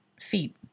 feet